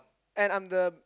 and I'm the